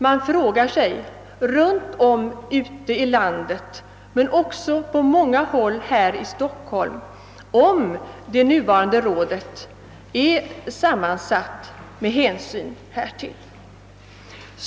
Man frågar sig runt om ute i landet men också på många håll här i Stockholm om det nuvarande rådet är sammansatt med hänsyn därtill.